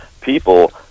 people